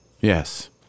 Yes